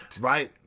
right